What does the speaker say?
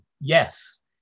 yes